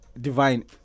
divine